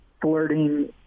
flirting